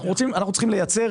אנחנו צריכים לייצר